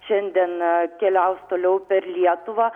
šiandieną keliaus toliau per lietuvą